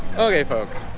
okay, folks,